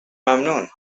ممنون